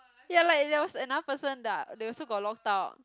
ya like there was another person that I they also got locked out